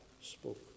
spoke